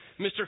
Mr